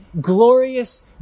glorious